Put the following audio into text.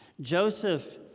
Joseph